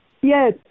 Yes